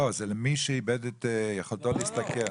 לא, זה למי שאיבד את יכולתו להשתכר.